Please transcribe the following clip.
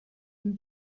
dim